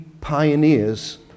pioneers